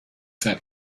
that